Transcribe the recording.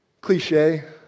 cliche